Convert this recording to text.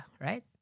right